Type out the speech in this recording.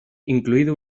incluido